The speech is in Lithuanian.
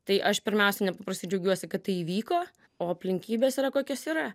tai aš pirmiausia nepaprastai džiaugiuosi kad tai įvyko o aplinkybės yra kokios yra